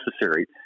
necessary